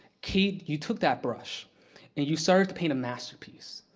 kate, you took that brush and you started to paint a masterpiece.